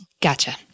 Gotcha